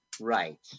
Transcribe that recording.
Right